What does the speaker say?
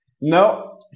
No